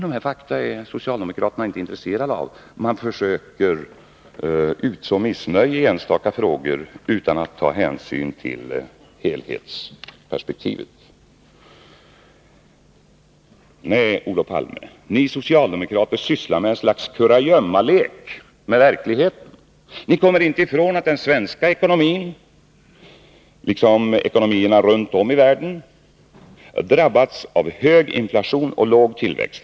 Dessa fakta är socialdemokraterna inte intresserade av. De försöker utså missnöje i enstaka frågor, utan att ta hänsyn till helhetsperspektivet. Nej, Olof Palme! Ni socialdemokrater sysslar med ett slags kurragömmalek med verkligheten. Ni kommer inte ifrån att den svenska ekonomin liksom ekonomierna runt om i världen drabbats av hög inflation och låg tillväxt.